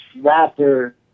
rapper